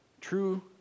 true